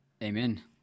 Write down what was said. Amen